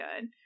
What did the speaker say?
good